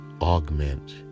augment